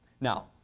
Now